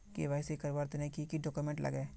KYC करवार तने की की डॉक्यूमेंट लागे?